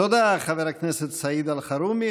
תודה, חבר הכנסת סעיד אלחרומי.